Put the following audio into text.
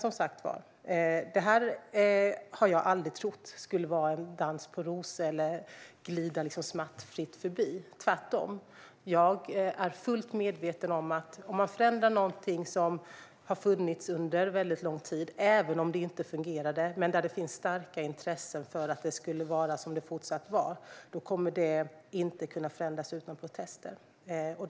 Jag har heller aldrig trott att detta skulle vara en dans på rosor eller något som skulle glida smärtfritt förbi, utan tvärtom. Jag är fullt medveten om att om man förändrar någonting som har funnits under lång tid kommer det inte att kunna förändras utan protester, även om det inte har fungerat, om där finns starka intressen av att det fortsatt ska vara som det har varit.